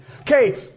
Okay